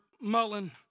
Mullen